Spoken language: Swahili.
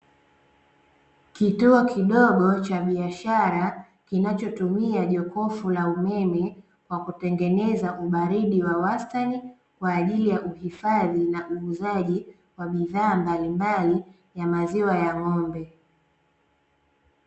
Kituo kidogo cha biashara kinachotumia jokufu la umeme kwa kutengeneza ubaridi wa wastani kwa ajili ya uhifadhi na uuzaji wa bidhaa mbalimbali ya maziwa ya ng'ombe.